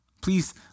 Please